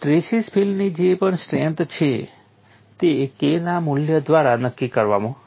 stresses ફીલ્ડની જે પણ સ્ટ્રેંથ છે તે K ના મૂલ્ય દ્વારા નક્કી કરવામાં આવે છે